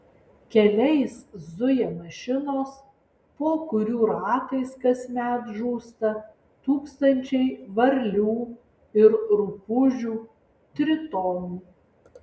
keliais zuja mašinos po kurių ratais kasmet žūsta tūkstančiai varlių ir rupūžių tritonų